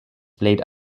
played